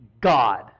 God